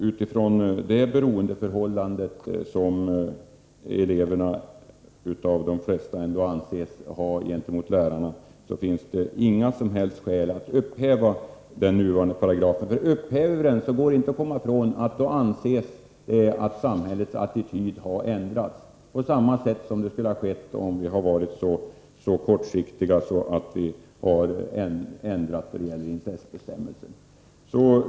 Utifrån det beroendeförhållande som då föreligger i de flesta fall mellan lärare och elever finns det inga som helst skäl att upphäva den nuvarande paragrafen. Om vi gör det kommer vi inte ifrån att man då anser att attityderna i samhället har ändrats — såsom skulle ha blivit fallet om vi hade varit så kortsynta att vi hade ändrat den nuvarande incestbestämmelsen enligt kommitténs förslag.